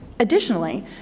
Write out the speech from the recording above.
Additionally